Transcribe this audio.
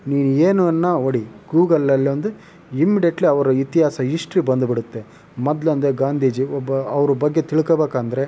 ನೀವು ಏನನ್ನೂ ಹೊಡಿ ಗೂಗಲ್ನಲ್ಲಿ ಒಂದು ಇಮ್ಡೆಟ್ಲಿ ಅವ್ರ ಇತಿಹಾಸ ಇಸ್ಟ್ರಿ ಬಂದುಬಿಡುತ್ತೆ ಮೊದಲೆಂದ್ರೆ ಗಾಂಧೀಜಿ ಒಬ್ಬ ಅವರ ಬಗ್ಗೆ ತಿಳ್ಕೋಬೇಕೆಂದ್ರೆ